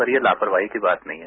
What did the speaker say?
पर ये लापरवाही की बात नही है